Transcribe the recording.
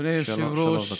בבקשה, שלוש דקות.